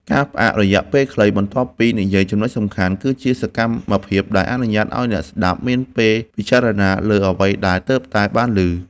ការផ្អាករយៈពេលខ្លី បន្ទាប់ពីនិយាយចំណុចសំខាន់ គឺជាសកម្មភាពដែលអនុញ្ញាតឱ្យអ្នកស្ដាប់មានពេលពិចារណាលើអ្វីដែលទើបតែបានឮ។